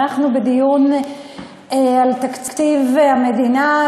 אנחנו בדיון על תקציב המדינה,